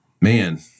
Man